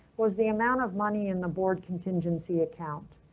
was the amount of money in the board contingency account?